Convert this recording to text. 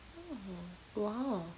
oh !wow!